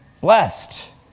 Blessed